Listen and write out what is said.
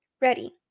Ready